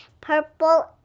purple